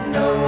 no